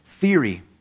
theory